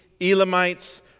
Elamites